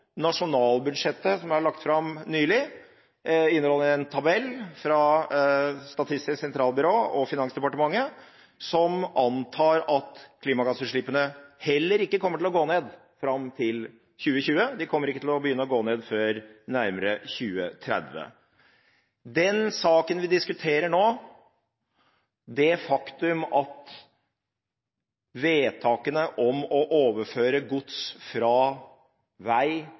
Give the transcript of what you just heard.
nasjonalbudsjettet som ble lagt fram nylig, inneholder en tabell fra Statistisk sentralbyrå og Finansdepartementet som anslår at klimagassutslippene heller ikke kommer til å gå ned fram til 2020. De kommer ikke til å begynne å gå ned før nærmere 2030. Den saken vi diskuterer nå, vedtakene om å overføre gods fra vei-